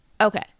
Okay